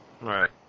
Right